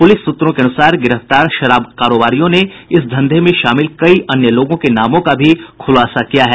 police सूत्रों के अनुसार गिरफ्तार शराब कारोबारियों ने इस धंधे में शामिल कई अन्य लोगों के नामों का भी खुलासा किया है